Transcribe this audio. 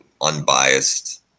unbiased